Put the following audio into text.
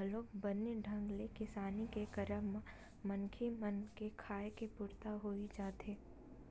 घलोक बने ढंग ले किसानी के करब म मनखे मन के खाय के पुरता होई जाथे